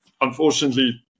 unfortunately